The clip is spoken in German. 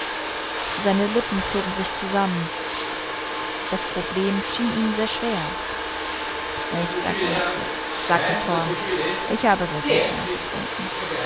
seine lippen zogen sich zusammen das problem schien ihm sehr schwer ich danke herzlich sagte torm ich habe gegessen und getrunken